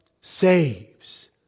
saves